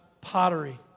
pottery